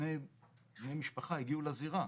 שני בני משפחה הגיעו לזירה.